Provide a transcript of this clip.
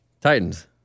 Titans